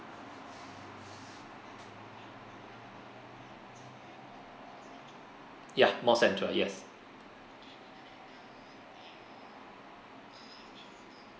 ya more central yes